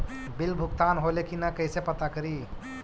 Bill भुगतान होले की न कैसे पता करी?